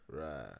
right